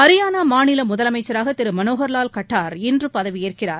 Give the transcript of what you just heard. ஹரியானா மாநில முதலமைச்சராக திரு மனோகர் லால் கட்டார் இன்று பதவியேற்கிறார்